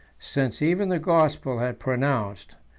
since even the gospel had pronounced,